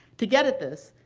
to get at this,